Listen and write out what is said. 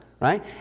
right